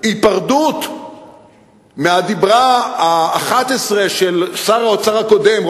שההיפרדות מהדיבר האחד-עשר של שר האוצר הקודם,